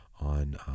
on